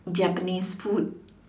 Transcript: Japanese food